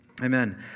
Amen